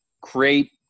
create